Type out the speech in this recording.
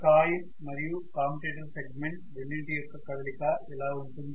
coil మరియు commutator segment రెండింటి యొక్క కదలిక ఇలా ఉంటుంది